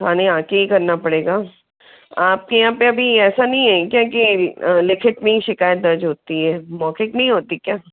थाने आके ही करना पड़ेगा आपके यहाँ पे अभी ऐसा नहीं है क्या कि लिखित में ही शिकायत दर्ज होती है मौखिक नहीं होती क्या